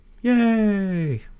Yay